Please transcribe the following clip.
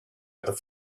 other